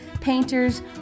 painters